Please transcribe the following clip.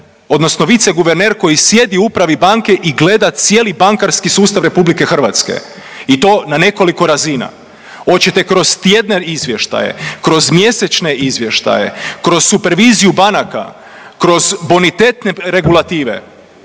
odnosno vice guverner koji sjedi u upravi banke i gleda cijeli bankarski sustav Republike Hrvatske i to na nekoliko razina hoćete kroz tjedne izvještaje, kroz mjesečne izvještaje, kroz superviziju banaka, kroz bonitetne regulative.